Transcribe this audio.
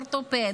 או אורתופד,